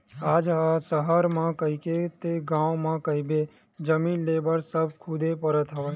आज सहर म कहिबे ते गाँव म कहिबे जमीन लेय बर सब कुदे परत हवय